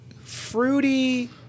fruity